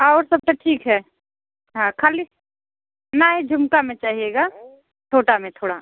और सब तो ठीक है हाँ खाली नहीं झुमका में चाहिए छोटा में थोड़ा